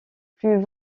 plus